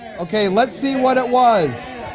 okay let's see what it was.